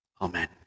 Amen